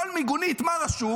ועל כל מיגונית מה רשום?